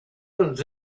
that